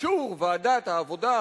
באישור ועדת העבודה,